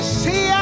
see